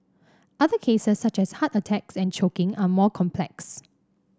other cases such as heart attacks and choking are more complex